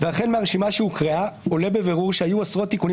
ואכן מהרשימה שהוקראה עולה בבירור שהיו עשרות תיקונים